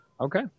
Okay